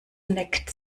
neckt